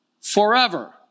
forever